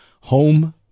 home